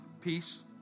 peace